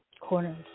corners